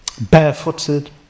barefooted